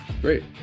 Great